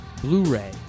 Blu-ray